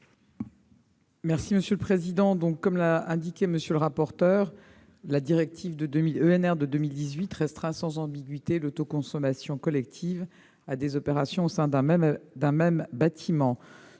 du Gouvernement ? Comme l'a indiqué M. le rapporteur, la directive ENR de 2018 restreint sans ambiguïté l'autoconsommation collective à des opérations au sein d'un même bâtiment.